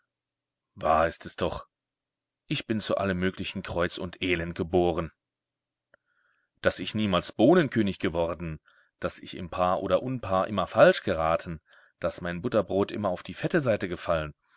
wahr ist es doch ich bin zu allem möglichen kreuz und elend geboren daß ich niemals bohnenkönig geworden daß ich im paar oder unpaar immer falsch geraten daß mein butterbrot immer auf die fette seite gefallen